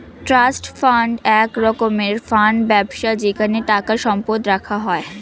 trust fund এক রকমের fund ব্যবস্থা যেখানে টাকা সম্পদ রাখা হয়